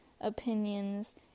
opinions